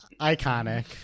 Iconic